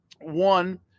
One